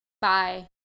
bye